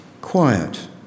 Quiet